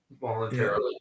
voluntarily